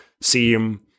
seem